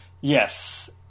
yes